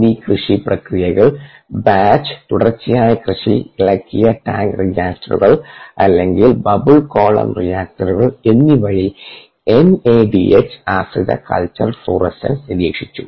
coli കൃഷി പ്രക്രിയകൾ batch തുടർച്ചയായ കൃഷി ഇളക്കിയ ടാങ്ക് റിയാക്ടറുകൾ അല്ലെങ്കിൽ ബബിൾ കോളം റിയാക്ടറുകൾ എന്നിവയിൽ എൻഎഡിഎച്ച് ആശ്രിത കൾച്ചർ ഫ്ലൂറസെൻസ് നിരീക്ഷിച്ചു